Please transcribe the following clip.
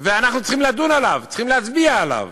ואנחנו צריכים לדון עליו, צריכים להצביע עליו.